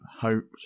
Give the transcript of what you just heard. hoped